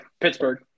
Pittsburgh